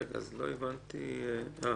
מה